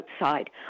outside